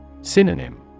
Synonym